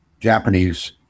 Japanese